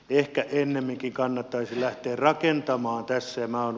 ehkä ennemminkin kannattaisi lähteä rakentamaan tässä